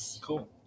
cool